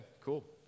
cool